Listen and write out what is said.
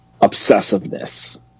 obsessiveness